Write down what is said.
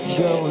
go